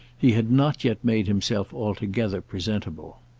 he had not yet made himself altogether presentable.